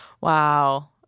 Wow